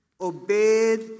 obeyed